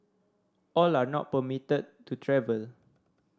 all are not permitted to travel